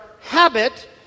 habit